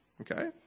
okay